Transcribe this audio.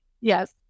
yes